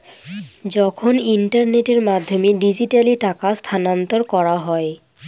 যখন ইন্টারনেটের মাধ্যমে ডিজিট্যালি টাকা স্থানান্তর করা হয়